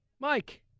Mike